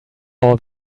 all